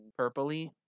purpley